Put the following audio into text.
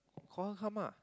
call her come ah